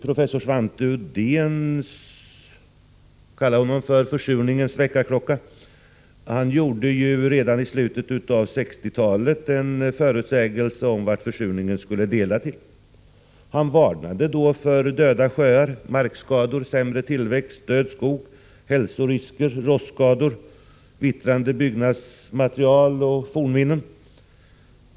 Professor Svante Odén, som kan kallas för försurningens väckarklocka, gjorde redan i slutet av 1960-talet en förutsägelse om vad försurningen skulle leda till. Han varnade för döda sjöar, markskador, sämre tillväxt, död skog, hälsorisker, rostskador samt vittrande byggnadsmaterial och fornminnen.